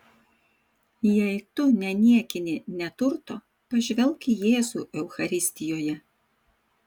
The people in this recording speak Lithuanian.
jei tu neniekini neturto pažvelk į jėzų eucharistijoje